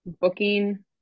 booking